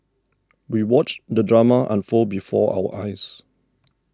we watched the drama unfold before our eyes